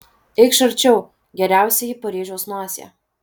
eikš arčiau geriausioji paryžiaus nosie